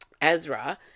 Ezra